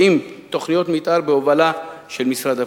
90 תוכניות מיתאר בהובלה של משרד הפנים.